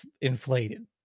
inflated